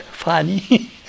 Funny